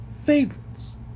favorites